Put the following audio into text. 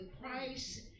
Christ